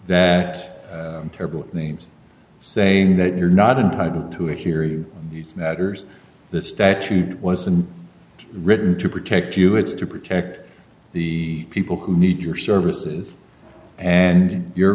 that i'm terrible with names saying that you're not entitled to hear these matters the statute was written to protect you it's to protect the people who need your services and your